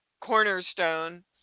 cornerstone